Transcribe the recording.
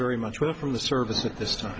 very much well from the service at this time